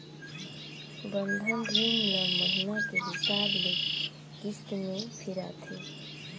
बंधन रीन ल महिना के हिसाब ले किस्त में फिराथें